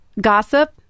gossip